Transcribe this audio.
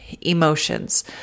emotions